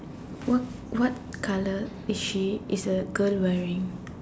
what what colour is she is the girl wearing